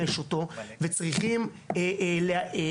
אבל אפשר לראות בוודאות שעל כל